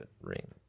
ring